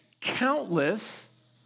countless